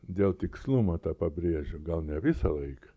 dėl tikslumo tą pabrėžiu gal ne visą laiką